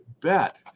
bet